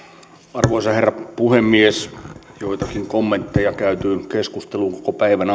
arvoisa herra puhemies joitakin kommentteja käytyyn keskusteluun koko päivän